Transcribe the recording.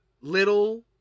little